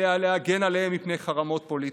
עליה להגן עליהם מפני חרמות פוליטיים.